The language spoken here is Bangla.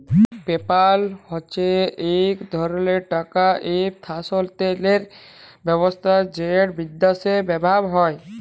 পেপ্যাল হছে ইক ধরলের টাকা ইসথালালতরের ব্যাবস্থা যেট বিদ্যাশে ব্যাভার হয়